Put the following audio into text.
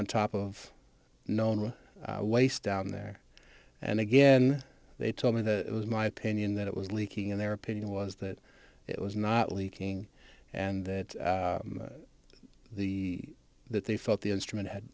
on top of known waste down there and again they told me that it was my opinion that it was leaking and their opinion was that it was not leaking and that the that they felt the instrument had